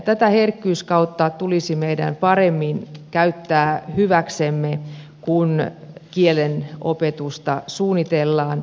tätä herkkyyskautta tulisi meidän paremmin käyttää hyväksemme kun kielenopetusta suunnitellaan